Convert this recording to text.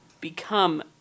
become